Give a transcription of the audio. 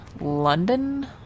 London